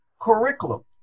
Curriculum